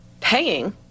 paying